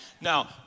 Now